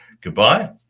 Goodbye